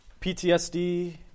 PTSD